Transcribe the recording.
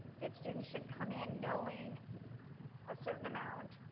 that students should come in knowing a certain amount.